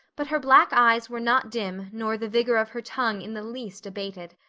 but her black eyes were not dim nor the vigor of her tongue in the least abated.